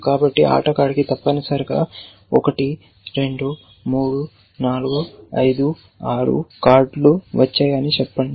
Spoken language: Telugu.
కాబట్టి ఈ ఆటగాడికి తప్పనిసరిగా 1 2 3 4 5 6 కార్డులు వచ్చాయని చెప్పండి